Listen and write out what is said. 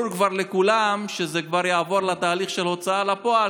וכבר ברור לכולם שזה יעבור לתהליך של הוצאה לפועל,